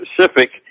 specific